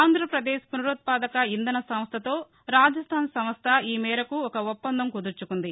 ఆంధ్రప్రదేశ్ పునరుత్నాదక ఇంధన సంస్లతో రాజస్థాన్ సంస్థ ఈ మేరకు ఒక ఒప్పందం కుదుర్చుకుంది